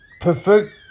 perfect